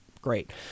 great